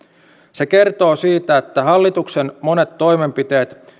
se kertoo siitä että hallituksen monet toimenpiteet